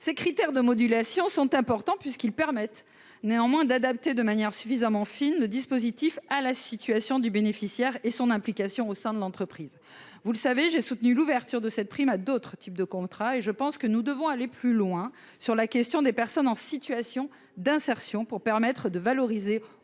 Ces critères de modulation sont importants, puisqu'ils permettent d'adapter le dispositif de manière suffisamment fine en fonction de la situation du bénéficiaire et de son implication au sein de l'entreprise. Comme vous le savez, j'ai soutenu l'ouverture de cette prime à d'autres types de contrats. Je pense que nous devons aller plus loin sur la question des personnes en situation d'insertion afin de valoriser